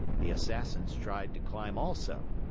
the assassins tried to climb also,